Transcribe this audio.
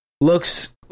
looks